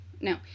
no